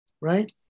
Right